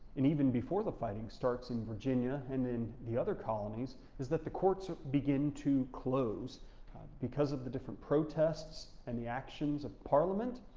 even before the fighting starts in virginia and in the other colonies, is that the courts begin to close because of the different protests and the actions of parliament.